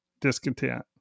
discontent